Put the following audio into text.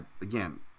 again